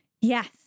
yes